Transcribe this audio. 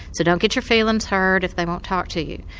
so don't get your feelings hurt if they won't talk to you.